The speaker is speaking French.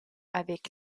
avec